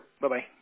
Bye-bye